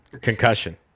concussion